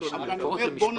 אבל אני אומר: בואו,